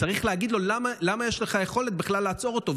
צריך להגיד לו: למה יש לך יכולת בכלל לעצור אותו,